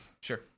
Sure